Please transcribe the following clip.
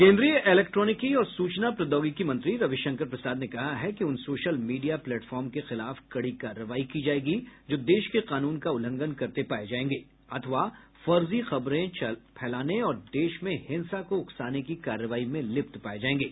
केन्द्रीय इलेक्ट्रोनिकी और सूचना प्रौद्योगिकी मंत्री रविशंकर प्रसाद ने कहा कि उन सोशल मीडिया प्लेटफार्म के खिलाफ कड़ी कार्रवाई की जाएगी जो देश के कानून का उल्लंघन करते पाये जायेंगे अथवा फर्जी खबरें फैलाने और देश में हिंसा को उकसाने की कार्रवाई में लिप्त पाये जायेंगे